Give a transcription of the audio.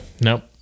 Nope